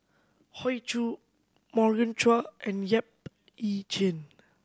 Hoey Choo Morgan Chua and Yap Ee Chian